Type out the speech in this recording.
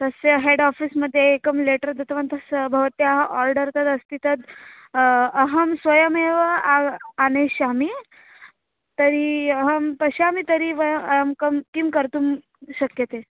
तस्य हेडाफ़ीस्मध्ये एकं लेटर् दत्तवन्तः भवत्याः आर्डर् तद् अस्ति तद् अहं स्वयमेव आग आनयिष्यामि तर्हि अहं पश्यामि तर्हि वय एं कं किं कर्तुं शक्यते